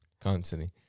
constantly